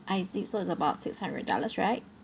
I see so it's about six hundred dollar right